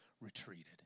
retreated